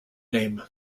name